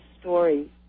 story